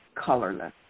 colorless